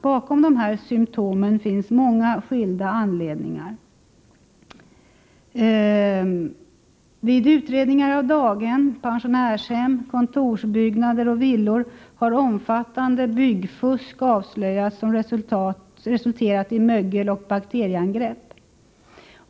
Bakom dessa symtom finns många skilda anledningar. Vid utredningar beträffande daghem, pensionärshem, kontorsbyggnader och villor har omfattande byggfusk avslöjats, som resulterat i mögeloch bakterieangrepp.